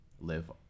live